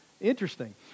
Interesting